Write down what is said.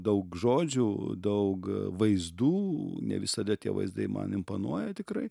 daug žodžių daug vaizdų ne visada tie vaizdai man imponuoja tikrai